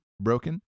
broken